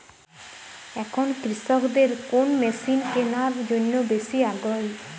এখন কৃষকদের কোন মেশিন কেনার জন্য বেশি আগ্রহী?